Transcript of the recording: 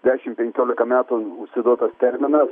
dešim penkiolika metų užsiduotas terminas